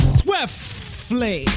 swiftly